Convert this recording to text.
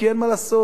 כין אין מה לעשות,